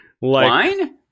Wine